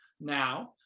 now